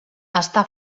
està